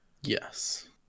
Yes